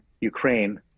Ukraine